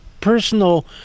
personal